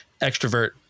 extrovert